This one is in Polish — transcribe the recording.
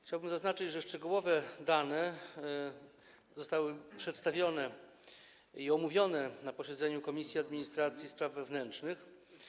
Chciałbym zaznaczyć, że szczegółowe dane zostały przedstawione i omówione na posiedzeniu Komisji Administracji i Spraw Wewnętrznych.